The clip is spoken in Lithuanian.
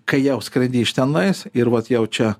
kai jau skrendi iš tenais ir vat jau čia